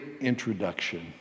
introduction